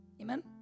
Amen